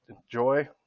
enjoy